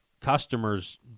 customers